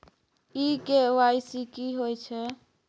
इ के.वाई.सी की होय छै?